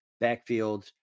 backfield